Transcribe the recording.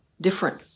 different